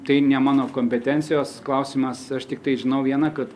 tai ne mano kompetencijos klausimas aš tiktai žinau viena kad